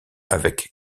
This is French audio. avec